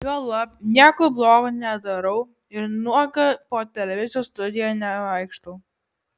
juolab nieko blogo nedarau ir nuoga po televizijos studiją nevaikštau